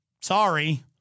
Sorry